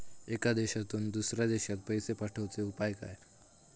एका देशातून दुसऱ्या देशात पैसे पाठवचे उपाय काय?